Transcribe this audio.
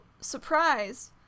surprise